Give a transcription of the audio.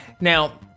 Now